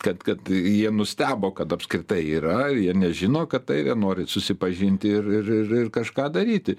kad kad jie nustebo kad apskritai yra jie nežino kad tai jie nori susipažinti ir ir ir kažką daryti